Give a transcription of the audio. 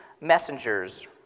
messengers